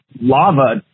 lava